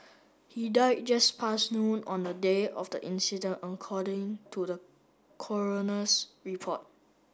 he died just past noon on the day of the incident according to the coroner's report